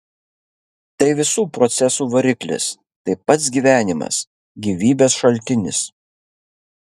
tai visų procesų variklis tai pats gyvenimas gyvybės šaltinis